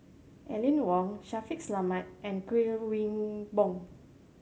Aline Wong Shaffiq Selamat and Kuik Swee Boon